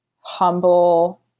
humble